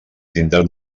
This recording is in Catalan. tindran